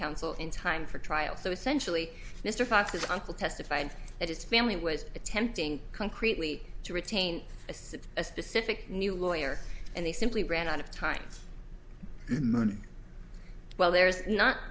counsel in time for trial so essentially mr fox's uncle testified that his family was attempting concretely to retain a set a specific new lawyer and they simply ran out of time well there's not